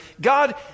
god